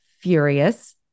furious